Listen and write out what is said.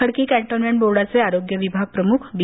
Khadki cantonment बोर्डाचे आरोग्य विभाग प्रमुख बी